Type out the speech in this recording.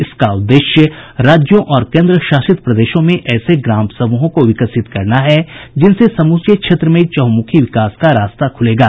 इसका उद्देश्य राज्यों और केन्द्रशासित प्रदेशों में ऐसे ग्राम समूहों को विकसित करना है जिनसे समूचे क्षेत्र में चंहुमुखी विकास का रास्ता खुलेगा